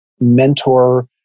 mentor